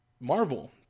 Marvel